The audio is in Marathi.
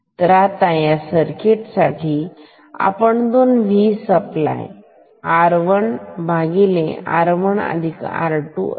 तर या सर्किट साठी आता दोन V सप्लाय R1 R1R2 असणार